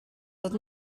dod